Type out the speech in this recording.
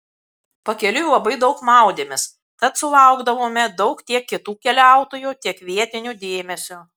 pakeliui labai daug maudėmės tad sulaukdavome daug tiek kitų keliautojų tiek vietinių dėmesio